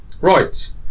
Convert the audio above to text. Right